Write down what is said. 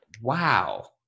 Wow